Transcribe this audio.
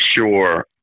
sure